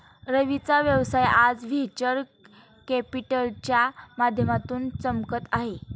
रवीचा व्यवसाय आज व्हेंचर कॅपिटलच्या माध्यमातून चमकत आहे